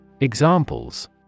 Examples